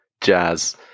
jazz